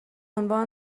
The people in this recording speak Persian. عنوان